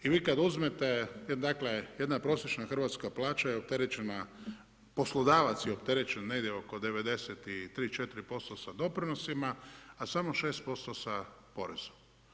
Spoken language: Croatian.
I vi kad uzmete, dakle jedna prosječna hrvatska plaća je opterećena, poslodavac je opterećen negdje oko 93, 94% sa doprinosima, a samo 6% sa porezom.